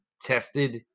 tested